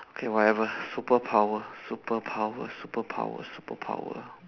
okay whatever superpower superpower superpower superpower